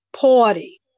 Party